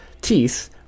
teeth